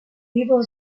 evil